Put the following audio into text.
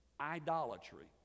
idolatry